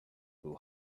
will